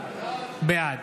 בעד